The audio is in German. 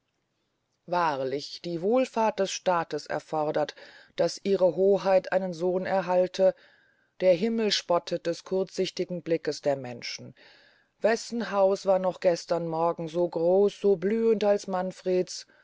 warlich die wohlfahrt des staats erfordert daß ihre hoheit einen sohn erhalten der himmel spottet des kurzsichtigen blickes der menschen wessen haus war noch gestern morgen so groß so blühend als manfreds